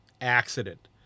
accident